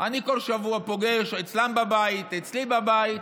אני כל שבוע פוגש, אצלם בבית, אצלי בבית,